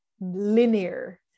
linear